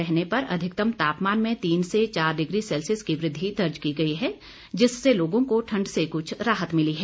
मौसम साफ रहने पर अधिकतम तापमान में तीन से चार डिग्री सेल्सियस की वृद्धि दर्ज की गई जिससे लोगों को ठंड से कुछ राहत मिली है